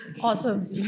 awesome